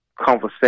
conversation